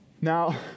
Now